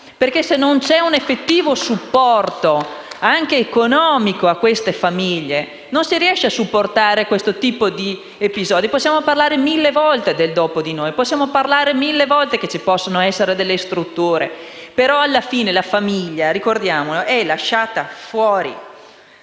perché, se non c'è un effettivo supporto, anche economico, a queste famiglie, non si riesce a supportare questo tipo di episodi. Possiamo parlare mille volte del "dopo di noi", possiamo dire mille volte che ci devono essere delle strutture; però alla fine la famiglia è lasciata fuori.